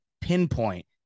pinpoint